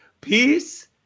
peace